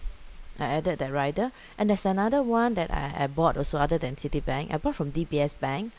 I added that rider and there's another one that I I bought also other than citibank I brought from D_B_S bank